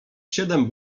siedem